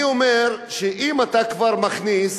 אני אומר שאם אתה כבר מכניס